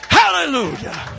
Hallelujah